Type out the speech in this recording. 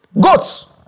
Goats